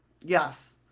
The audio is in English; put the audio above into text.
Yes